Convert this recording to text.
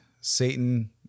Satan